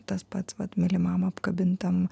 tas pats vat mylimam apkabintam